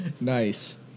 Nice